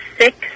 six